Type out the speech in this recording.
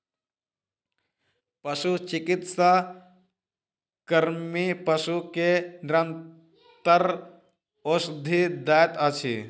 पशुचिकित्सा कर्मी पशु के निरंतर औषधि दैत अछि